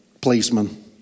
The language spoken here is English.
policeman